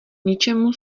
ničemu